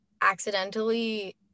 accidentally